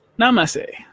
Namaste